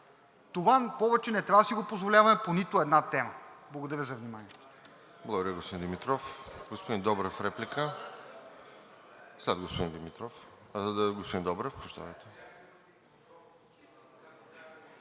Това повече не трябва да си го позволяваме по нито една тема. Благодаря за вниманието.